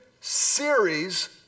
series